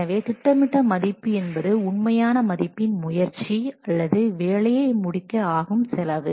எனவே திட்டமிட்ட மதிப்பு என்பது உண்மையான மதிப்பின் முயற்சி அல்லது வேலையை முடிக்க ஆகும் செலவு